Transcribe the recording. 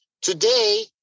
Today